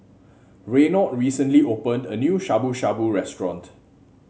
Reynold recently opened a new Shabu Shabu Restaurant